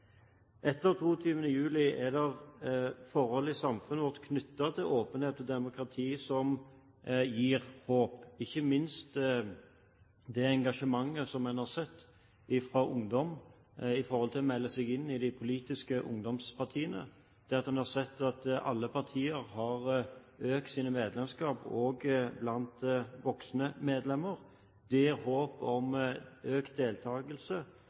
Etter 22. juli er det forhold i samfunnet vårt knyttet til åpenhet og demokrati som gir håp, ikke minst det engasjementet som en har sett fra ungdom for å melde seg inn i de politiske ungdomspartiene, der en har sett at alle partier har økt sine medlemskap også blant voksne medlemmer. Det gir håp om økt